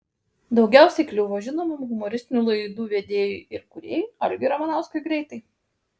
daugiausiai kliuvo žinomam humoristinių laidų vedėjui ir kūrėjui algiui ramanauskui greitai